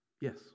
Yes